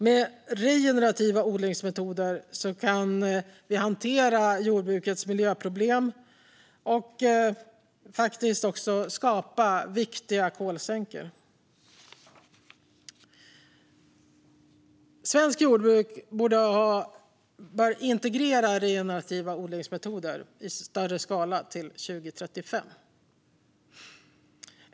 Med regenerativa jordbruksmetoder kan vi hantera jordbrukets miljöproblem och faktiskt också skapa viktiga kolsänkor. Svenskt jordbruk bör integrera regenerativa jordbruksmetoder i större skala till 2035.